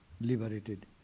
liberated